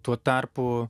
o tuo tarpu